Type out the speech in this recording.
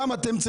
גם אתם,